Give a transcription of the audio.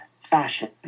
fashion